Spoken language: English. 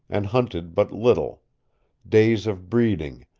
and hunted but little days of breeding,